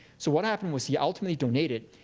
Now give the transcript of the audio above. so what happened was he ultimately donated.